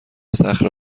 صخره